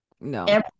no